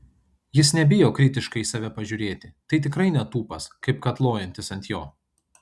jis nebijo kritiškai į save pažiūrėti tai tikrai netūpas kaip kad lojantys ant jo